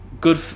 good